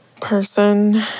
person